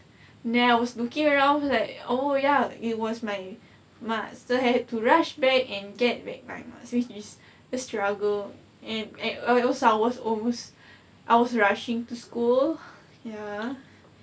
and then I was looking around like oh ya it was my mask I had to rush back and get back my mask which is the struggle and act~ oh and I was oh I was rushing to school ya